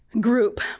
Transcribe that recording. group